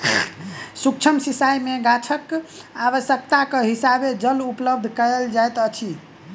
सुक्ष्म सिचाई में गाछक आवश्यकताक हिसाबें जल उपलब्ध कयल जाइत अछि